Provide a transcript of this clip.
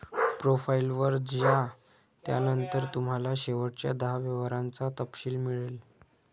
profile वर जा, त्यानंतर तुम्हाला शेवटच्या दहा व्यवहारांचा तपशील मिळेल